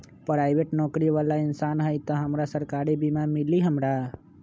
Private नौकरी बाला इंसान हई त हमरा सरकारी बीमा मिली हमरा?